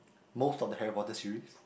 most of the Harry Porter series